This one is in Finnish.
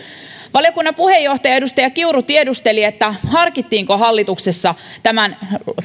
valiokunnan puheenjohtaja edustaja kiuru tiedusteli harkittiinko hallituksessa tämän